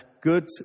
good